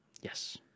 yes